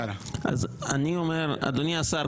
אדוני השר,